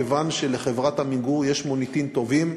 כיוון שלחברת "עמיגור" יש מוניטין טובים.